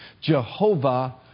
Jehovah